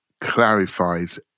clarifies